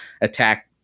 attack